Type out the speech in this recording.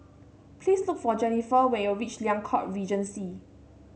please look for Jennifer when you reach Liang Court Regency